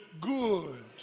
good